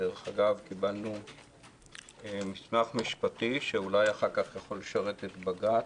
דרך אגב קיבלנו מסמך משפטי שאולי אחר כך יכול לשרת את בג"ץ,